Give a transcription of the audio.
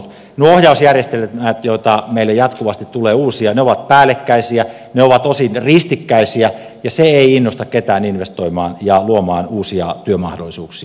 nuo ohjausjärjestelmät joita meille jatkuvasti tulee uusia ovat päällekkäisiä ne ovat osin ristikkäisiä ja se ei innosta ketään investoimaan ja luomaan uusia työmahdollisuuksia